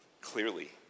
clearly